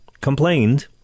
complained